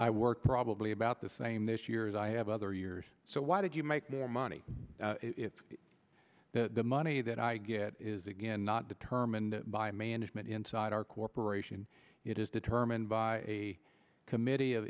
i work probably about the same this year as i have other years so why did you make more money if the money that i get is again not determined by management inside our corporation it is determined by a committee of